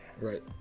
Right